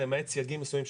למעט סייגים מסוימים,